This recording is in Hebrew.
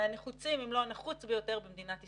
מהנחוצים, אם לא הנחוץ ביותר, במדינת ישראל,